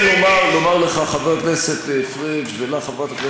ואני רוצה לומר לך, חבר הכנסת פריג', ולך,